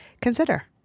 consider